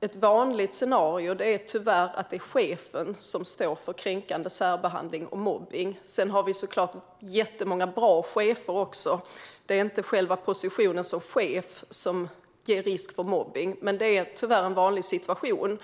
Ett vanligt scenario är nämligen att det tyvärr är chefen som står för kränkande särbehandling och mobbning. Vi har såklart jättemånga bra chefer också - det är inte själva positionen som chef som skapar en risk för mobbning - men det är tyvärr en vanlig situation.